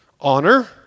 honor